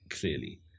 clearly